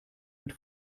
mit